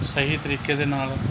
ਸਹੀ ਤਰੀਕੇ ਦੇ ਨਾਲ